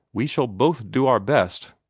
we shall both do our best,